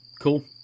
Cool